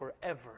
forever